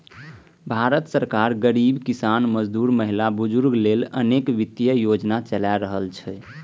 भारत सरकार गरीब, किसान, मजदूर, महिला, बुजुर्ग लेल अनेक वित्तीय योजना चला रहल छै